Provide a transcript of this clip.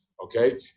Okay